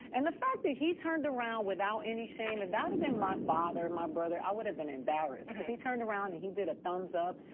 and the fact that he turned around without any shame, and that have been my father, my brother, i would have been embarrassed cuz he turned around and he did a thumbs up.